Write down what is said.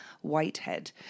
Whitehead